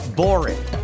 boring